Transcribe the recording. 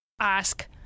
ask